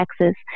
Texas